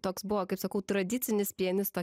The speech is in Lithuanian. toks buvo kaip sakau tradicinis pianisto